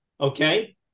Okay